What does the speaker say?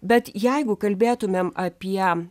bet jeigu kalbėtumėm apie